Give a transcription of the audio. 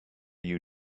you